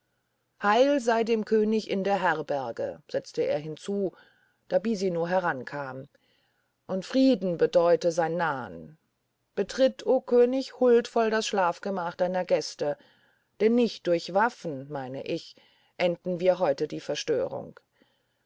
heil sei dem könig in der herberge setzte er hinzu da bisino herankam und frieden bedeute sein nahen betritt o könig huldvoll das schlafgemach deiner gäste denn nicht durch waffen meine ich enden wir heut die verstörung